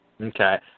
Okay